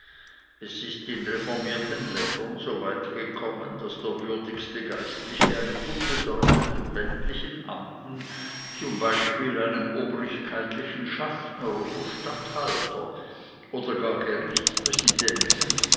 es ist in reformierten ländern so weit gekommen daß der würdigste geistliche einem unbedeutenden weltlichen beamten zum beispiel einem obrigkeitlichen schaffner oder statthalter oder gar gerichtspräsidenten